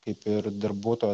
kaip ir darbuotojo